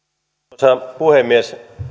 arvoisa puhemies